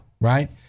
Right